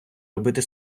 робити